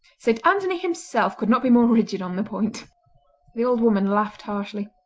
saint anthony himself could not be more rigid on the point the old woman laughed harshly.